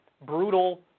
brutal